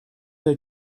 they